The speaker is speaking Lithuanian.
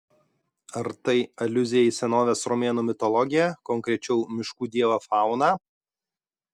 ar tai aliuzija į senovės romėnų mitologiją konkrečiau miškų dievą fauną